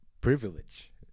privilege